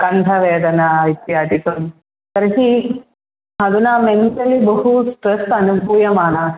कण्ठवेदना इत्यादिकं तर्हि अधुना मेण्टलि बहु स्ट्रेस् अनुभूयमाना